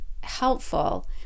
helpful